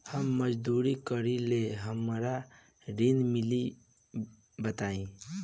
हम मजदूरी करीले हमरा ऋण मिली बताई?